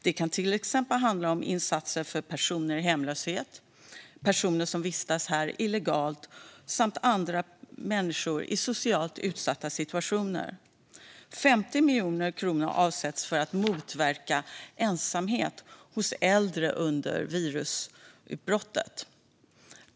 Det kan till exempel handla om insatser för personer i hemlöshet, personer som vistas här illegalt samt andra människor i socialt utsatta situationer. 50 miljoner kronor avsätts för att motverka ensamhet hos äldre under virusutbrottet.